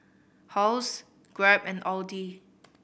Halls Grab and Audi